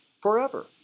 forever